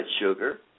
sugar